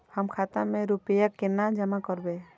हम खाता में रूपया केना जमा करबे?